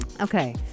Okay